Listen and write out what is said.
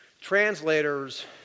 translators